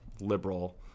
liberal